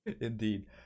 Indeed